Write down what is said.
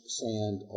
sand